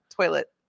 toilet